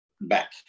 back